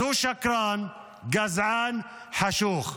אז הוא שקרן, גזען, חשוך.